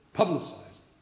publicized